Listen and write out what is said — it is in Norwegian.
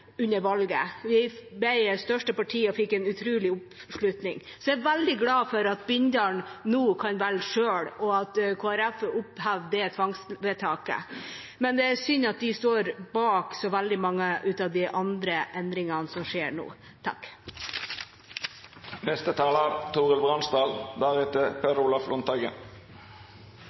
under valget. Vi ble det største partiet og fikk en utrolig oppslutning. Jeg er veldig glad for at Bindal nå kan velge selv, og at Kristelig Folkeparti har opphevet det tvangsvedtaket. Men det er synd at de står bak så veldig mange av de andre endringene som skjer nå.